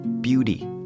Beauty